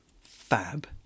fab